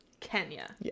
Kenya